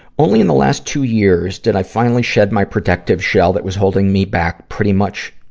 only in the last two years did i finally shed my protective shell that was holding me back pretty much,